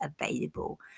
available